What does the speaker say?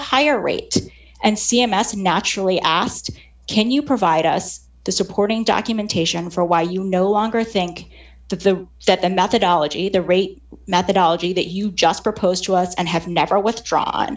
higher rate and c m s naturally asked can you provide us the supporting documentation for why you no longer think that the that the methodology the rate methodology that you just proposed to us and have never with draw